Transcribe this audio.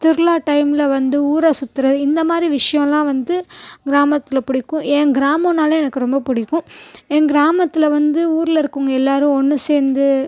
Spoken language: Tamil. திர்லா டைமில் வந்து ஊரை சுத்துகிறது இந்த மாதிரி விஷயோலாம் வந்து கிராமத்தில் பிடிக்கும் ஏன் கிராமோனாலே எனக்கு ரொம்ப பிடிக்கும் என் கிராமத்தில் வந்து ஊரில் இருக்கவங்க எல்லோரும் ஒன்று சேர்ந்து